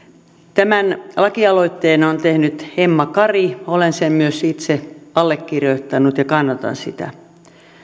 tämä lakialoitteen on tehnyt emma kari olen sen myös itse allekirjoittanut ja kannatan sitä